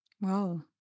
wow